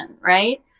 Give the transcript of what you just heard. right